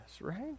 right